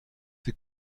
sie